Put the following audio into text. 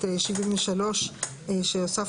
שרקע בחלק העליון והאותיות בחלק המלבני של הסמל